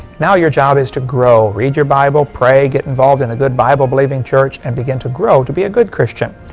now your job is to grow. read your bible, pray, get involved in a good bible-believing church and begin to grow to be a good christian.